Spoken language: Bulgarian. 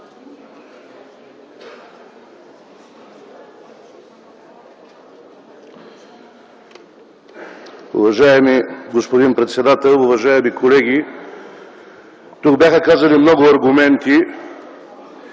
Уважаеми господин председател, уважаеми колеги! Тук бяха казани много аргументи,